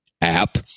app